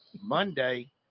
Monday